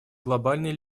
глобальной